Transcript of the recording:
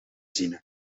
zinnen